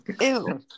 Ew